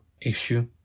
issue